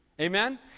Amen